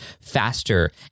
faster